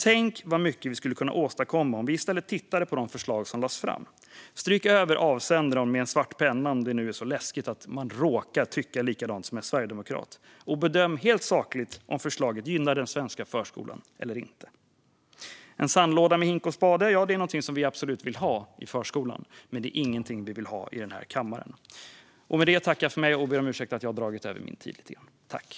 Tänk vad mycket vi skulle åstadkomma om vi i stället tittar på de förslag som lades fram, stryker över avsändare med en svart penna om det är så läskigt att man råkar tycka likadant som en sverigedemokrat, och bedömer helt sakligt om förslaget gynnar den svenska förskolan eller inte. En sandlåda med hink och spade är något som vi absolut vill ha i förskolan, men det är ingenting vi vill ha i kammaren. Med detta tackar jag för mig och ber om ursäkt för att jag har dragit över min talartid.